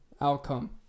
outcome